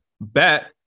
bet